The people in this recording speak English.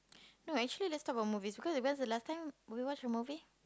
no actually let's talk about movie because when is the last time we watch a movie